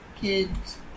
Kids